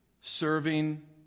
serving